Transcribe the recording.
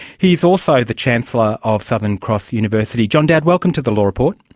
he's also the chancellor of southern cross university. john dowd, welcome to the law report.